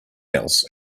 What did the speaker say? else